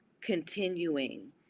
continuing